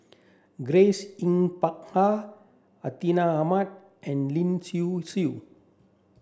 Grace Yin Peck Ha Hartinah Ahmad and Lin Hsin Hsin